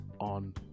on